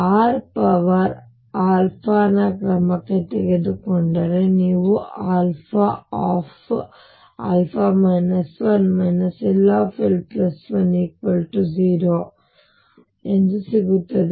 r ನ ಕ್ರಮಕ್ಕೆ ತೆಗೆದುಕೊಂಡರೆ ನಿಮಗೆ ll10 ಸಿಗುತ್ತದೆ